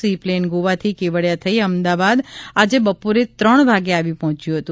C plane ગોવાથી કેવડિયા થઇ અમદાવાદ આજે બપોરે ત્રણ વાગ્યે આવી પહોંચ્યું હતું